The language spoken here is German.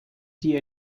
die